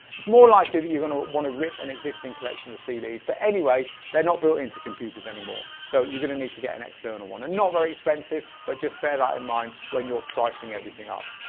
it's more likely that you're gonna want to rip an existing collection of cds but anyway, they're not built into computers anymore so you're gonna need to get an external one. they're not very expensive but just bear that in mind when you're pricing everything up.